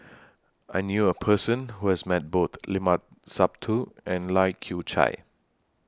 I knew A Person Who has Met Both Limat Sabtu and Lai Kew Chai